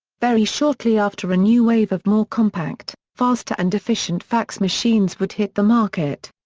very shortly after a new wave of more compact, faster and efficient fax machines would hit the market.